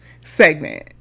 segment